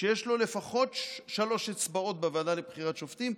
יש לו לפחות שלוש אצבעות בוועדה לבחירת שופטים,